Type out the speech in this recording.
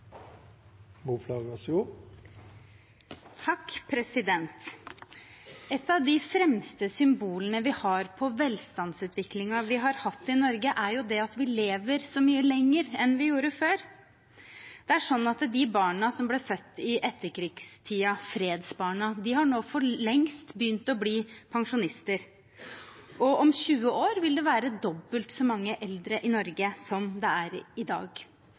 vi lever så mye lenger enn vi gjorde før. De barna som ble født i etterkrigstiden, fredsbarna, har nå for lengst begynt å bli pensjonister, og om 20 år vil det være dobbelt så mange eldre i Norge som det er i dag.